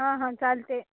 हा हा चालत आहे